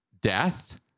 death